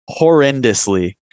horrendously